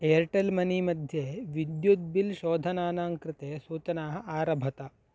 Airtel money मध्ये विद्युत् bill शोधनानां कृते सूचनाः आरभत